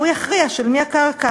והוא יכריע של מי הקרקע.